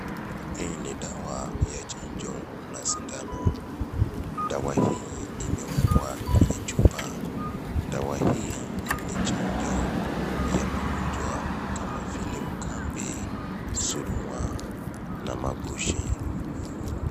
Hii ni dawa ya chanjo na sindano. Dawa hii imewekwa kwenye chupa. Dawa hii ni chanjo ya magonjwa kama vile: ukambi, surua na mabushi.